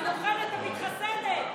הנוכלת המתחסדת.